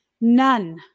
none